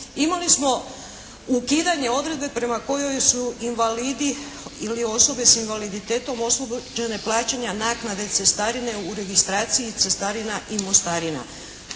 imali smo ukidanje odredbe prema kojoj su invalidi ili osobe s invaliditetom oslobođene plaćanja naknade cestarine u registraciji, cestarina i mostarina.